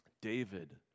David